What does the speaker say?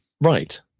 right